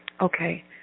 Okay